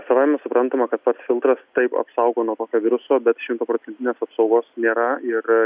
savaime suprantama kad pats filtras taip apsaugo nuo tokio viruso bet šimtaprocentinės apsaugos nėra ir